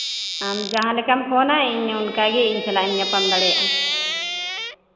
ᱟᱢ ᱡᱟᱦᱟᱸ ᱞᱮᱠᱟᱢ ᱯᱷᱳᱱᱟ ᱤᱧ ᱦᱚᱸ ᱚᱱᱠᱟ ᱜᱮ ᱤᱧ ᱮᱢ ᱧᱟᱯᱟᱢ ᱫᱟᱲᱮᱭᱟᱜᱼᱟ